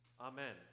amen